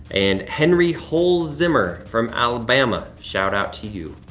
and henry holzimmer from alabama, shout-out to you.